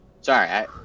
Sorry